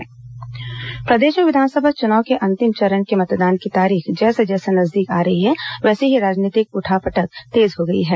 कार्यकर्ता इस्तीफा प्रदेश में विधानसभा चुनाव के अंतिम चरण के मतदान की तारीख जैसे जैसे नजदीक आ रही है वैसे ही राजनीतिक उठा पठक तेज हो गई है